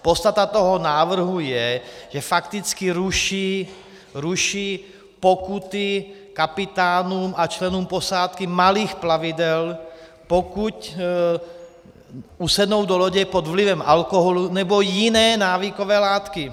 Podstata toho návrhu je, že fakticky ruší pokuty kapitánům a členům posádky malých plavidel, pokud usednou do lodě pod vlivem alkoholu nebo jiné návykové látky.